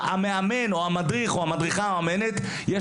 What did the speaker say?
למאמן או למדריך או למדריכה או למאמנת יש